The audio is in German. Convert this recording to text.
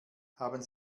haben